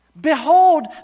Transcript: Behold